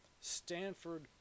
Stanford